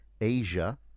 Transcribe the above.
Asia